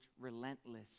relentless